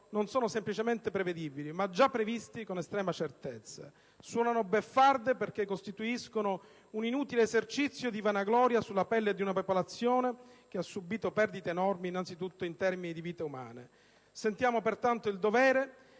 sono non semplicemente prevedibili, ma già previsti con estrema certezza. Suonano beffarde perché costituiscono un inutile esercizio di vanagloria sulla pelle di una popolazione che ha subito perdite enormi, innanzitutto in termini di vite umane. Sentiamo pertanto il dovere